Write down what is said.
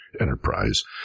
enterprise